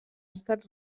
estat